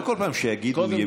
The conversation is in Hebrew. לא כל פעם שיגידו "ימין",